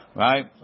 right